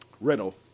Riddle